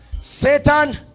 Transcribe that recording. Satan